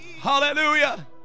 Hallelujah